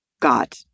got